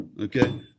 Okay